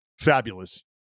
fabulous